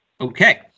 Okay